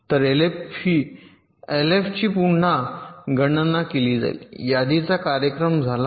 तर एलएफची पुन्हा गणना केली जाईल यादीचा कार्यक्रम झाला आहे